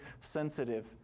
sensitive